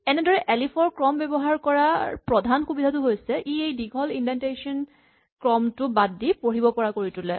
এনেদৰে এলিফ ৰ ক্ৰম ব্যৱহাৰ কৰাৰ প্ৰধান সুবিধাটো হৈছে ই এই দীঘল ইন্ডেনটেচন ক্ৰমটো বাদ দি পঢ়িব পৰা কৰি তোলে